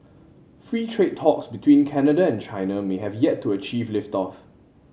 free trade talks between Canada and China may have yet to achieve lift off